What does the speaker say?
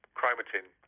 chromatin